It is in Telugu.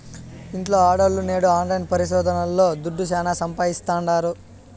ఇంట్ల ఆడోల్లు నేడు ఆన్లైన్ పరిశోదనల్తో దుడ్డు శానా సంపాయిస్తాండారు